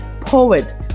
poet